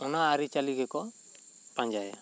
ᱚᱱᱟ ᱟᱹᱨᱤᱪᱟᱹᱞᱤ ᱜᱮᱠᱚ ᱯᱟᱸᱡᱟᱭᱟ